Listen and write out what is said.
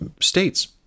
states